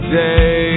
day